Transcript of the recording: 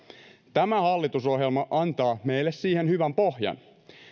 tämä hallitusohjelma antaa meille siihen hyvän pohjan